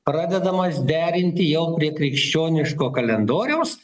pradedamas derinti jau prie krikščioniško kalendoriaus